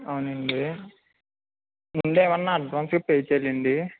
అవును అండి ముందు ఏమైనా అడ్వాన్స్ పే చేయాలి అండి